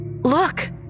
look